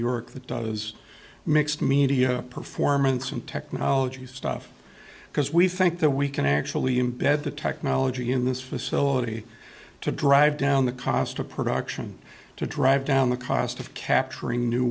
york that does mixed media performance and technology stuff because we think that we can actually embed the technology in this facility to drive down the cost of production to drive down the cost of capturing new